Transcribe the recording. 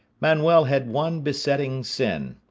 manuel had one besetting sin.